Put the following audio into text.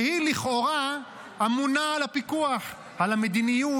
שהיא לכאורה אמונה על הפיקוח, על המדיניות.